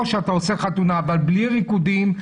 או שאתה עושה חתונה בלי ריקודים,